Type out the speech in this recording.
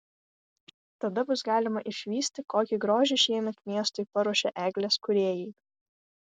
tada bus galima išvysti kokį grožį šiemet miestui paruošė eglės kūrėjai